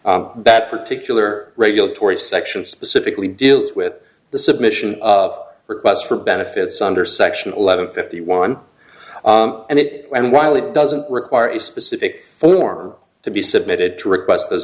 d that particular regulatory section specifically deals with the submission of requests for benefits under section eleven fifty one and it and while it doesn't require a specific floor to be submitted to request those